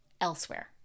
elsewhere